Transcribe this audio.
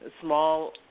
small